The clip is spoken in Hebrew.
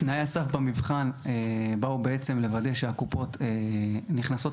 תנאי הסף במבחן באו בעצם לוודא שהקופות נכנסות